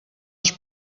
els